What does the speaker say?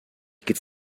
could